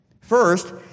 First